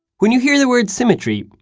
when you hear the word symmetry,